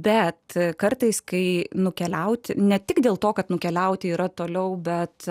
bet kartais kai nukeliauti ne tik dėl to kad nukeliauti yra toliau bet